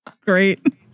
great